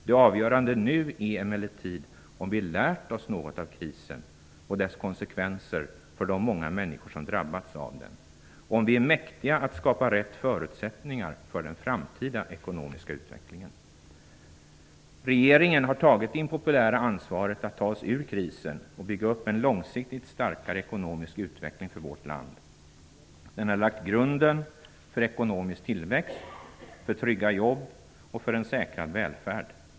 Det avgörande nu är emellertid om vi lärt oss något av krisen och dess konsekvenser för de många människor som drabbats av den, om vi är mäktiga att skapa rätt förutsättningar för den framtida ekonomiska utvecklingen. Regeringen har tagit det impopulära ansvaret att ta oss ur krisen och bygga upp en långsiktigt starkare ekonomisk utveckling för vårt land. Den har lagt grunden för ekonomisk tillväxt, trygga jobb och en säkrad välfärd.